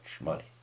money